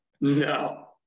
No